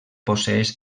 posseeix